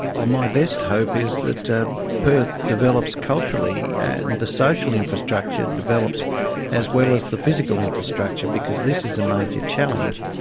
oh my best hope is that perth develops culturally and the social infrastructure develops as well as the physical infrastructure, because this is a major challenge.